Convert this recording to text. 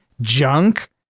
junk